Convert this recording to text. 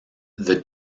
the